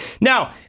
Now